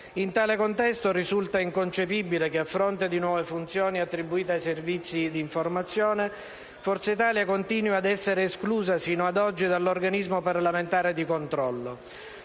In tale contesto, risulta inconcepibile che, a fronte di nuove funzioni attribuite ai servizi di informazione, Forza Italia continui ad essere esclusa, sino ad oggi, dall'organismo parlamentare di controllo.